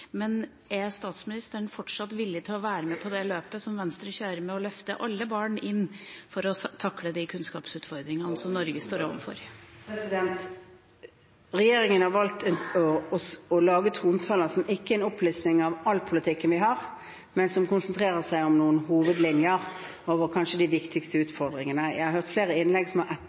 men er statsministeren fortsatt villig til å være med på det løpet som Venstre kjører, å løfte alle barn inn for å takle de kunnskapsutfordringene som Norge står overfor? Regjeringen har valgt å lage trontaler som ikke er en opplisting av all politikken vi har, men som konsentrerer seg om noen hovedlinjer om kanskje de viktigste